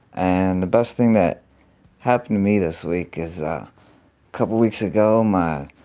and the best thing that happened to me this week is a couple weeks ago, my